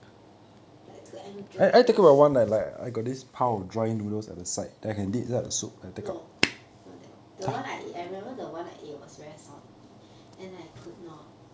I like to enjoy the ramen no not that one the one I ate I remember the one I ate was very salty then I could not